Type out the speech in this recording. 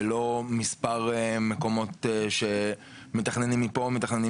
ולא מספר מקומות שמתכננים מפה ומתכננים